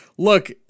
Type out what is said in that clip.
Look